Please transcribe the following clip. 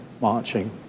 marching